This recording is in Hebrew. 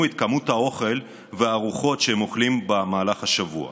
את כמות האוכל והארוחות שהם אוכלים במהלך השבוע.